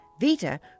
Vita